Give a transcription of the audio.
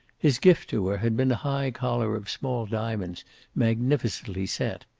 his gift to her had been a high collar of small diamonds magnificently set,